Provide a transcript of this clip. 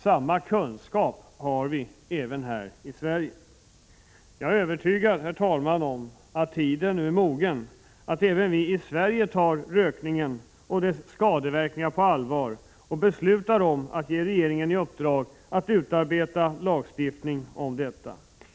Samma kunskap har vi här hemma. Herr talman! Jag är övertygad om att tiden nu är mogen att även vi i Sverige tar rökningen och dess skadeverkningar på allvar och beslutar att ge regeringen i uppdrag att utarbeta en lagstiftning om detta.